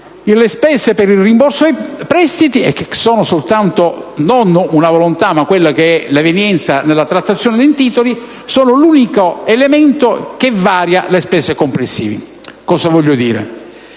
le spese per il rimborso dei prestiti, che non rappresentano una volontà ma l'evenienza nella trattazione dei titoli, sono l'unico elemento che varia le spese complessive. Con ciò voglio dire